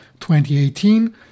2018